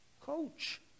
coach